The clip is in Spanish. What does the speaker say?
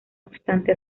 obstante